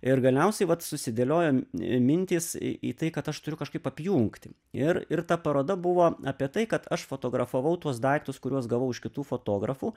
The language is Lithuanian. ir galiausiai vat susidėliojo mintys į tai kad aš turiu kažkaip apjungti ir ir ta paroda buvo apie tai kad aš fotografavau tuos daiktus kuriuos gavau iš kitų fotografų